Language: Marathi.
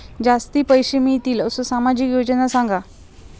जास्ती पैशे मिळतील असो सामाजिक योजना सांगा?